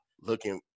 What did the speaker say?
looking